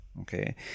Okay